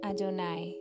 Adonai